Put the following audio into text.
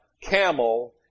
camel